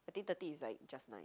I think thirty is like just nice